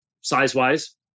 size-wise